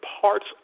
parts